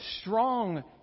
strong